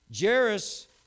Jairus